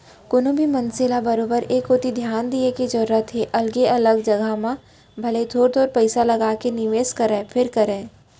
कोनो भी मनसे ल बरोबर ए कोती धियान दिये के जरूरत हे अलगे अलग जघा म भले थोर थोर पइसा लगाके निवेस करय फेर करय